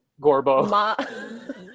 Gorbo